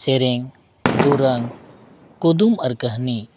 ᱥᱮᱨᱮᱧ ᱫᱩᱨᱟᱹᱝ ᱠᱩᱫᱩᱢ ᱟᱨ ᱠᱟᱹᱦᱱᱤ